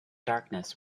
darkness